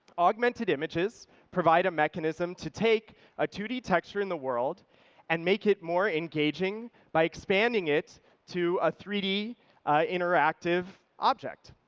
augmented images provide a mechanism to take a two d texture in a world and make it more engaging by expanding it to a three d interactive object.